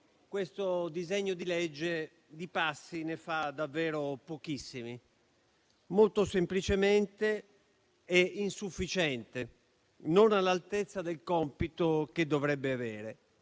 questo disegno di legge di passi ne fa davvero pochissimi. Molto semplicemente, è insufficiente e non all'altezza del compito che dovrebbe avere;